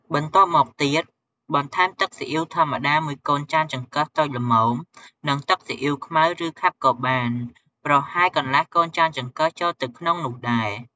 បន្ទាប់មកទៀត បន្ថែមទឹកសុីអ៉ីវធម្មតាមួយកូនចានចង្កឹះតូចល្មម និងទឹកសុីអ៉ីវខ្មៅ ឬខាប់ក៏បាន ប្រហែលកន្លះកូនចានចង្កឹះចូលទៅក្នុងនោះដែរ។